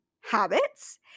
habits